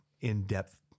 in-depth